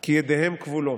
כי ידיהם כבולות.